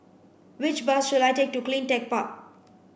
which bus should I take to CleanTech Park